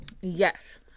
Yes